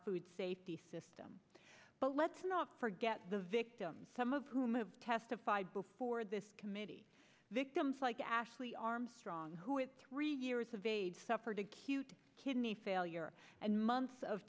food safety system but let's not forget the victims some of whom have testified before this committee victims like ashley armstrong who is three years of age suffered acute kidney failure and months of